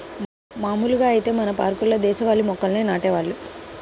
మాములుగా ఐతే మన పార్కుల్లో దేశవాళీ మొక్కల్నే నాటేవాళ్ళు